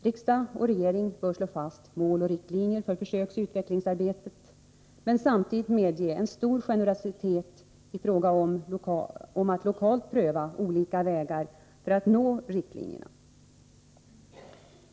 Riksdag och regering bör slå fast mål och riktlinjer för försöksoch utvecklingsarbetet men samtidigt medge en stor generositet i fråga om att lokalt pröva olika vägar.